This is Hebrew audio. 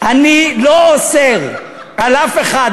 אני לא אוסר על אף אחד,